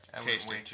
tasty